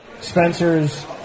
spencer's